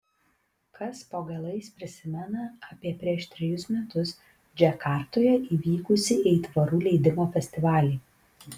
kas po galais prisimena apie prieš trejus metus džakartoje įvykusį aitvarų leidimo festivalį